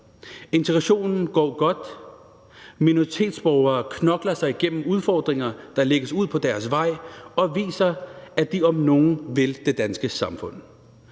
»Integrationen går godt. Minoritetsborgere knokler sig gennem de udfordringer, der lægges ud på deres vej, og viser, at de om nogen vil det danske samfund.